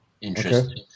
Interesting